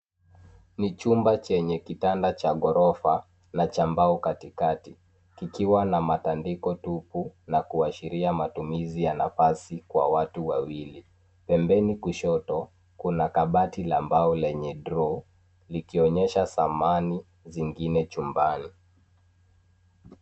Ni chumba chenye kitanda cha ghorofa na cha mbao katika, kikiwa na matandiko tubu na kuashiria matumizi ya nafasi kwa watu wawili. Pembeni kushoto kuna kabati la mbao lenye draw likionyesha samani chingine chumbani.